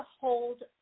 hold